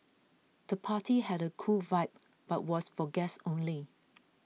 the party had a cool vibe but was for guests only